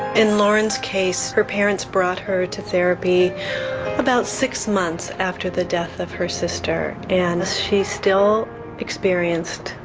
in lauren's case her parents brought her to therapy about six months after the death of her sister. and she still experienced,